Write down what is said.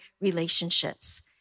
relationships